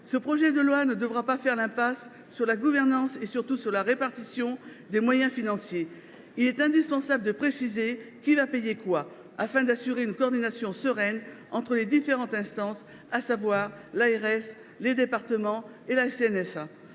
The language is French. Ce texte ne devra pas faire l’impasse sur la gouvernance non plus que, surtout, sur la répartition des moyens financiers. Il est indispensable de préciser qui va payer quoi, afin d’assurer une coordination sereine entre les différentes instances : ARS, départements et CNSA.